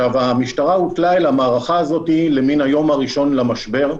המשטרה הוטלה אל המערכה הזאת למן היום הראשון למשבר.